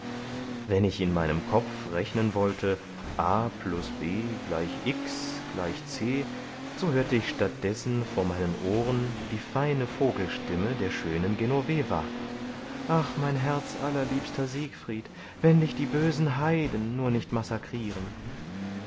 wenn ich in meinem kopfe rechnen wollte a b gleich x c so hörte ich statt dessen vor meinen ohren die feine vogelstimme der schönen genoveva ach mein herzallerliebster siegfried wenn dich die bösen heiden nur nicht massakrieren